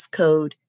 code